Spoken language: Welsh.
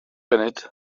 funud